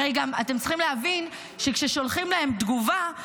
הרי גם אתם צריכים להבין שכששולחים להם תגובה,